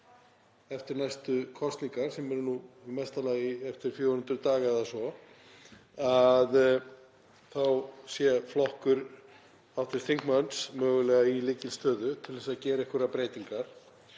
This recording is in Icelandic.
eftir næstu kosningar, sem eru í mesta lagi eftir 400 daga eða svo, að þá verði flokkur hv. þingmanns mögulega í lykilstöðu til að gera einhverjar breytingar.